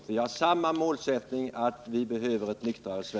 Vi har samma målsättning — ett nyktrare Sverige.